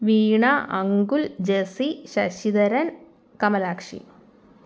Veena Ankul Jessy Sasidharan Kamalakshi